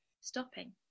stopping